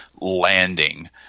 landing